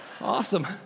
Awesome